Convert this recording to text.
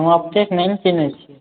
हम अपडेट नहि ने कयने छी